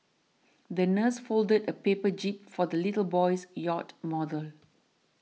the nurse folded a paper jib for the little boy's yacht model